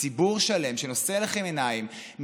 מציבור שלם שנושא אליכם עיניים,